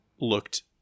looked